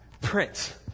prince